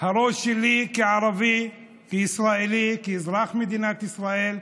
הראש שלי, כערבי, כישראלי, כאזרח מדינת ישראל,